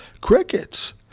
Crickets